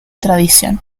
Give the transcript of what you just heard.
tradición